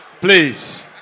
Please